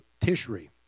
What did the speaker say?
Tishri